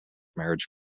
marriage